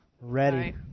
Ready